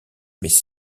mais